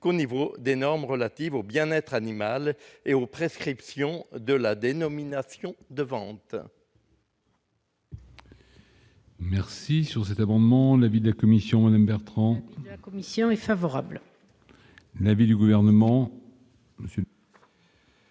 qu'au niveau des normes relatives au bien être animal et aux prescriptions de la dénomination de vente.